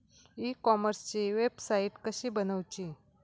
E कॉमर्सची website कशी बनवची?